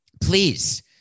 Please